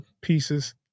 pieces